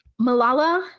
Malala